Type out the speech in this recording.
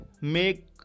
make